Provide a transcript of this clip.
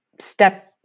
step